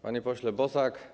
Panie Pośle Bosak!